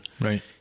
Right